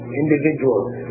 individuals